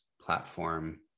platform